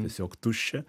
tiesiog tuščia